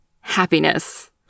happiness